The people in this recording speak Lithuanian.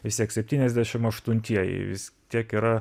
vis tiek septyniasdešim aštuntieji vis tiek yra